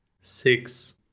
six